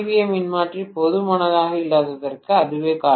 ஏ மின்மாற்றி போதுமானதாக இல்லாததற்கு அதுவே காரணம்